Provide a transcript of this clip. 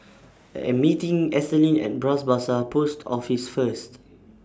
I Am meeting Ethelyn At Bras Basah Post Office First